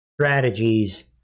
strategies